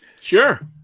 Sure